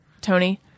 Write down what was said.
Tony